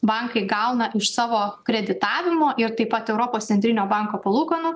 bankai gauna iš savo kreditavimo ir taip pat europos centrinio banko palūkanų